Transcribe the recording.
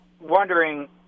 wondering